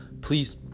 please